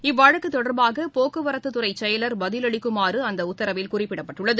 இவ்வழக்குதொடர்பாகபோக்குவரத்துத்துறைசெயலர் பதிலளிக்குமாறுஅந்தஉத்தரவில் குறிப்பிடப்பட்டுள்ளது